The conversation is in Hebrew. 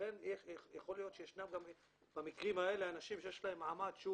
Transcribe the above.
לכן יכול להיות שישנם גם במקרים האלה אנשים שיש להם מעמד שהוא